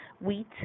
wheat